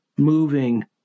moving